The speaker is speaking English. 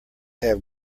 have